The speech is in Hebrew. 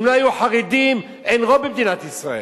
אם לא יהיו חרדים, אין רוב במדינת ישראל.